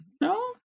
No